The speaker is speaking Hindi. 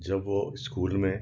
जब वो इस्कूल में